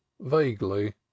vaguely